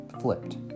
flipped